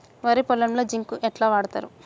వరి పొలంలో జింక్ ఎట్లా వాడుతరు?